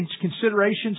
considerations